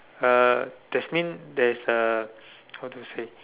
uh that's mean there's a how to say